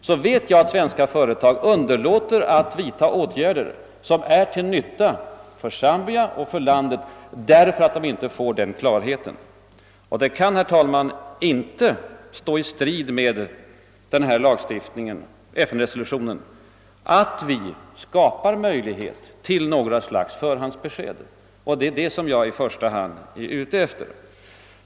Jag vet att svenska företag underlåter att vidta åtgärder som är till nytta för Zambia och för vårt land därför att de inte får den klarheten. Det kan, herr talman, inte stå i strid med FN-resolutionen att vi skapar möjligheter till något slags förhandsbesked. Det är detta jag i första hand är ute efter.